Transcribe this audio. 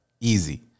easy